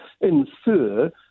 infer